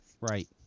right